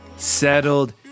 Settled